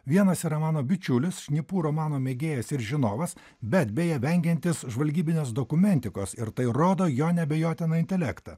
vienas yra mano bičiulis šnipų romanų mėgėjas ir žinovas bet beje vengiantis žvalgybinės dokumentikos ir tai rodo jo neabejotiną intelektą